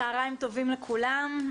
צהריים טובים לכולם.